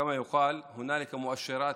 כמו שאומרים, יש סימנים